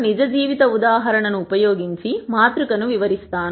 నిజ జీవిత ఉదాహరణ ను ఉపయోగించి మాతృ కను వివరిస్తాను